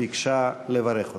ביקשה לברך אותך.